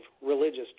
religious